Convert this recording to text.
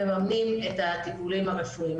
מממנים את הטיפולים הרפואיים.